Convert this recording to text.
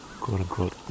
quote-unquote